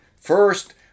First